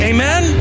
Amen